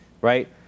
right